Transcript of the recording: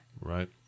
Right